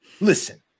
Listen